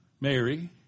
Mary